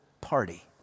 party